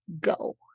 go